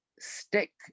stick